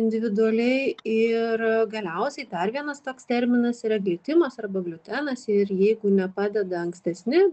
individualiai ir galiausiai dar vienas toks terminas yra glitimas arba gliutenas ir jeigu nepadeda ankstesni